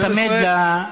תודה רבה.